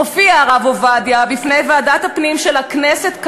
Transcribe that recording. מופיע הרב עובדיה בפני ועדת הפנים של הכנסת,